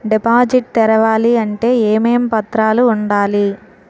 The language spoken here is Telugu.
డిపాజిట్ తెరవాలి అంటే ఏమేం పత్రాలు ఉండాలి?